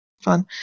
fun